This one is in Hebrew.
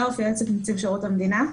אני יועצת נציב שירות המדינה.